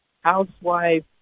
housewife